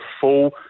full